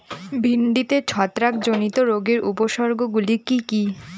ভিন্ডিতে ছত্রাক জনিত রোগের উপসর্গ গুলি কি কী?